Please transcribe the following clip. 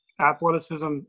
Athleticism